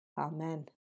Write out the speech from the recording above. Amen